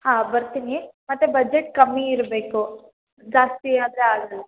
ಹಾಂ ಬರ್ತೇನೆ ಮತ್ತೆ ಬಜೆಟ್ ಕಮ್ಮಿ ಇರಬೇಕು ಜಾಸ್ತಿ ಆದರೆ ಆಗೋಲ್ಲ